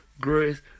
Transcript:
grace